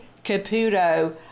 Caputo